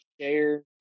share